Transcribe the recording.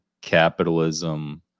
capitalism